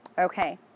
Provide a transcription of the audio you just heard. Okay